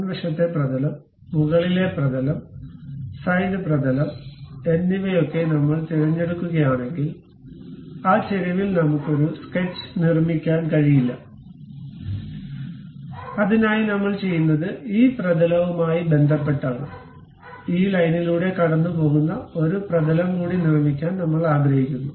മുൻവശത്തെ പ്രതലം മുകളിലെ പ്രതലം സൈഡ് പ്രതലം എന്നിവയൊക്കെ നമ്മൾ തിരഞ്ഞെടുക്കുകയാണെങ്കിൽ ആ ചെരിവിൽ നമ്മുക്ക് ഒരു സ്കെച്ച് നിർമ്മിക്കാൻ കഴിയില്ല അതിനായി നമ്മൾചെയ്യുന്നത് ഈ പ്രതലവുമായി ബന്ധപ്പെട്ടാണ് ഈ ലൈനിലൂടെ കടന്നുപോകുന്ന ഒരു പ്രതലം കൂടി നിർമ്മിക്കാൻ നമ്മൾ ആഗ്രഹിക്കുന്നു